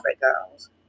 girls